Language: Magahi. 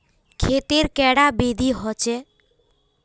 खेत तेर कैडा विधि होचे?